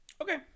Okay